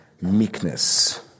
Meekness